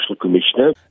Commissioner